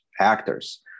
actors